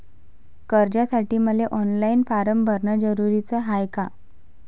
कर्जासाठी मले online form भरन जरुरीच हाय का?